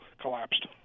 collapsed